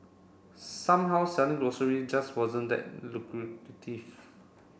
somehow selling grocery just wasn't that